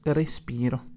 respiro